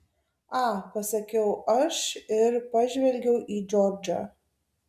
a pasakiau aš ir pažvelgiau į džordžą